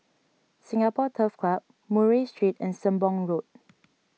Singapore Turf Club Murray Street and Sembong Road